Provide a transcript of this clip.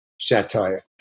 satire